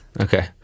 okay